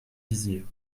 dizier